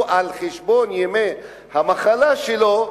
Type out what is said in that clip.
על חשבון ימי המחלה שלו,